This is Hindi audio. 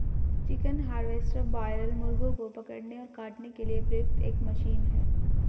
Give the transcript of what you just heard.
चिकन हार्वेस्टर बॉयरल मुर्गों को पकड़ने और काटने के लिए प्रयुक्त एक मशीन है